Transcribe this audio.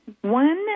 One